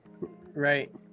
Right